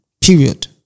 Period